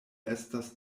estas